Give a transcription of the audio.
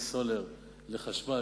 מסולר לחשמל,